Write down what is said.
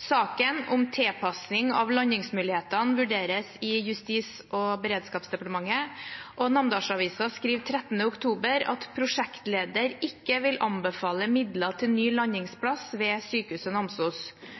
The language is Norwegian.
Saken om tilpasning av landingsmulighetene vurderes i Justis- og beredskapsdepartementet. Namdalsavisa skriver 13. oktober at prosjektleder ikke vil anbefale midler til ny landingsplass ved